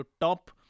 top